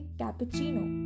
cappuccino